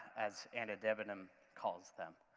as anna debenham calls them,